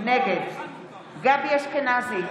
נגד גבי אשכנזי,